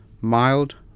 mild